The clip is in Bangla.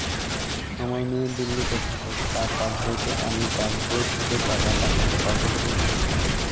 আমার মেয়ে দিল্লীতে থাকে তার পাসবইতে আমি পাসবই থেকে টাকা পাঠাতে পারব কি?